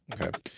Okay